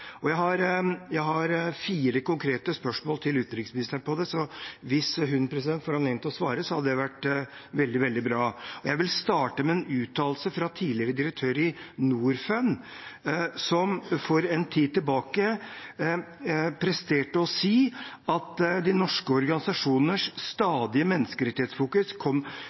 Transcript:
Jeg har fire konkrete spørsmål til utenriksministeren om det, så hvis hun får anledning til å svare, hadde det vært veldig bra. Jeg vil starte med en uttalelse fra tidligere direktør i Norfund, som for en tid tilbake presterte å si at de norske organisasjoners stadige menneskerettighetsfokus